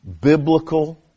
Biblical